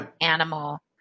animal